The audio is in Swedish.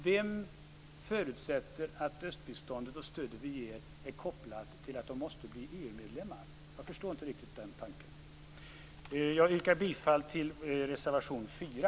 Vem förutsätter att östbiståndet och stödet vi ger är kopplat till att man måste bli EU-medlem? Jag förstår inte riktigt den tanken. Jag yrkar bifall till reservation 4.